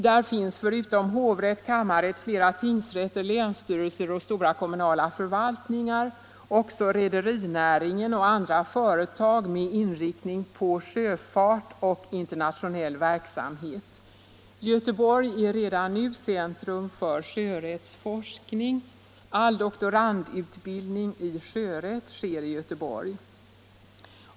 Där finns — förutom hovrätt, kammarrätt, flera tingsrätter, länsstyrelser och stora kommunala förvaltningar — också rederinäringen och andra företag med inriktning på sjöfart och internationell verksamhet. Göteborg är redan nu centrum för sjörättsforskning. All doktorandutbildning i sjörätt sker i Göteborg.